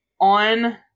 on